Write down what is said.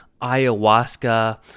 ayahuasca